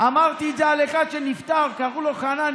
אמרתי את זה על אחד שנפטר, קראו לו חנניה,